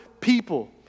people